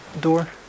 door